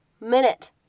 minute